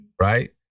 right